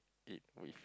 eat with